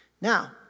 Now